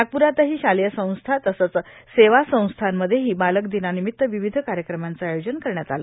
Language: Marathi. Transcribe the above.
नागप्रातही शालेय संस्था तसंच सेवासंस्था मध्येही बालक दिनानिमित्त विविध कार्यक्रमांच आयोजन करण्यात आलं